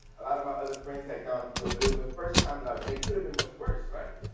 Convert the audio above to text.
a lot of my other friends had gone through it. but it was the first time that i it could have been much worse, right?